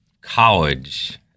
college